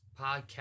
podcast